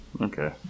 Okay